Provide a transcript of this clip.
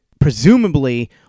presumably